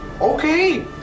Okay